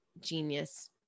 genius